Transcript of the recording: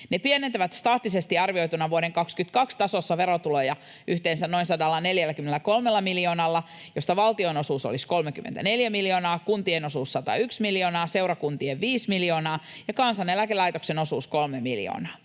Ne pienentävät staattisesti arvioituna vuoden 22 tasossa verotuloja yhteensä noin 143 miljoonalla, josta valtionosuus olisi 34 miljoonaa, kuntien osuus 101 miljoonaa, seurakuntien 5 miljoonaa ja Kansaneläkelaitoksen osuus 3 miljoonaa.